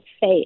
say